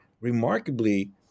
remarkably